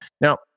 Now